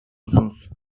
musunuz